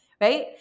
right